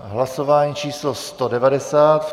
Hlasování číslo 190.